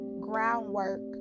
groundwork